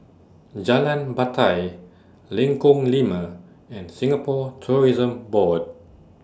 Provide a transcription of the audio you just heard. Jalan Batai Lengkong Lima and Singapore Tourism Board